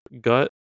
gut